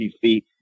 feet